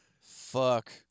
Fuck